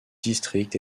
district